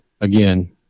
again